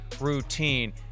routine